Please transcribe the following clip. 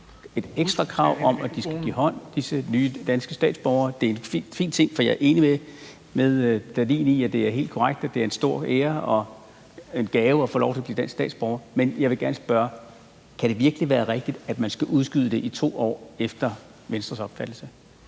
et ekstra krav om, at disse nye danske statsborgere skal give hånd, og det er en fin ting, for jeg er enig med hr. Morten Dahlin i, at det er en stor ære og en gave at få lov til at blive dansk statsborger. Men jeg vil gerne spørge: Kan det virkelig være rigtigt, at man efter Venstres opfattelse